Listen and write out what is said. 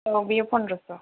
औ बेयो फन्द्रस'